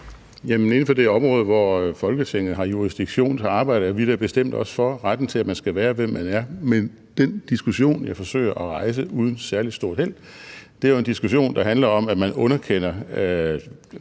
inden for det område, hvor Folketinget har jurisdiktion, arbejder vi da bestemt også for retten til, at man skal være, hvem man er. Men den diskussion, jeg forsøger at rejse – uden særlig stort held – er jo en diskussion, der